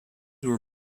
were